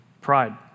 pride